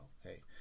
hey